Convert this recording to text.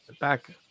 Back